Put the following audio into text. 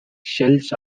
shells